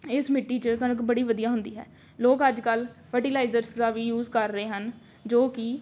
ਇਸ ਮਿੱਟੀ 'ਚ ਕਣਕ ਬੜੀ ਵਧੀਆ ਹੁੰਦੀ ਹੈ ਲੋਕ ਅੱਜ ਕੱਲ੍ਹ ਫਰਟੀਲਾਈਜ਼ਰਸ ਦਾ ਵੀ ਯੂਜ ਕਰ ਰਹੇ ਹਨ ਜੋ ਕਿ